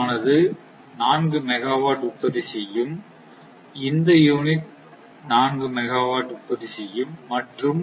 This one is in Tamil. ஆனது 4 மெகா வாட் உற்பத்தி செய்யும் இந்த யூனிட் 4 மெகா வாட் உற்பத்தி செய்யும்